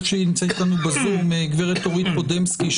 הגב' אורית פודמסקי,